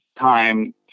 time